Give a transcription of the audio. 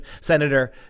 Senator